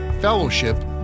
fellowship